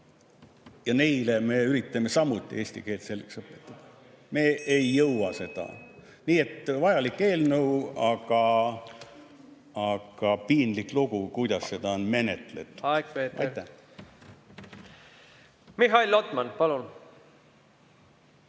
me üritame samuti eesti keelt selgeks õpetada. Me ei jõua seda. Nii et vajalik eelnõu, aga piinlik lugu, kuidas seda on menetletud. Mihhail Lotman, palun!